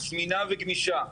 זמינה וגמישה,